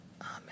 Amen